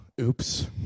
Oops